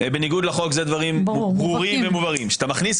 בניגוד לחוק זה דברים ברורים ומוגדרים.